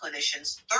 Clinicians